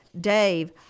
Dave